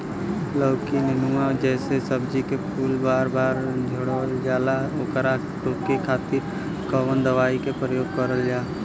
लौकी नेनुआ जैसे सब्जी के फूल बार बार झड़जाला ओकरा रोके खातीर कवन दवाई के प्रयोग करल जा?